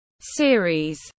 series